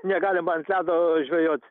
negalima ant ledo žvejot